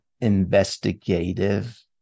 investigative